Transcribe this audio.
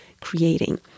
creating